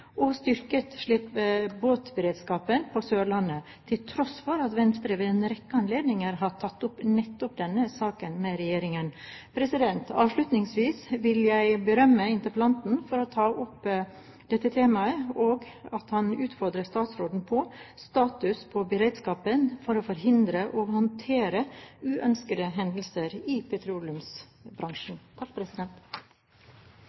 og styrket slepebåtberedskapen på Sørlandet, til tross for at Venstre ved en rekke anledninger hadde tatt opp nettopp denne saken med regjeringen. Avslutningsvis vil jeg berømme interpellanten for å ta opp dette temaet, og at han utfordrer statsråden på statusen på beredskapen for å forhindre og håndtere uønskede hendelser i petroleumsbransjen.